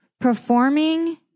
performing